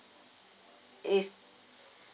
is